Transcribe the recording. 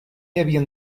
havien